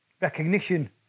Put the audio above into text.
recognition